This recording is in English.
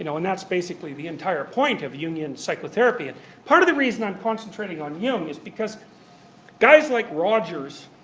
you know and that's basically the entire point of jungian psychotherapy. and part of the reason i'm concentrating on jung is because guys like rogers,